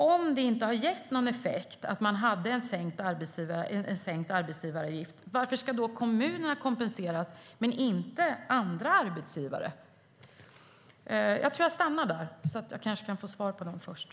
Om det inte har gett någon effekt att man hade en sänkt arbetsgivaravgift, varför ska då kommunerna men inte andra arbetsgivare kompenseras? Jag stannar där, så kan jag kanske få svar på de frågorna först.